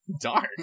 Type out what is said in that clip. Dark